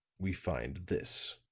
we find this.